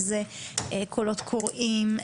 איזה קולות קוראים,